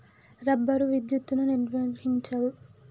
rubber విద్యుత్తును నిర్వహించదు